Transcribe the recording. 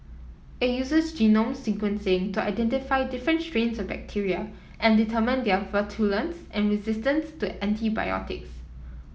it uses genome sequencing to identify different strains of bacteria and determine their virulence and resistance to antibiotics